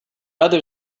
other